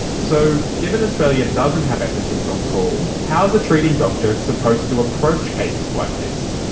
so given australia doesn't have ethicists on call, how's a treating doctor supposed to approach cases like this?